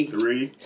Three